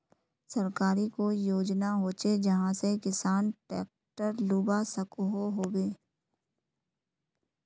सरकारी कोई योजना होचे जहा से किसान ट्रैक्टर लुबा सकोहो होबे?